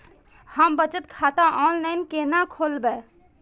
हम बचत खाता ऑनलाइन केना खोलैब?